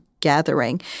gathering